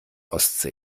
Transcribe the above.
ostsee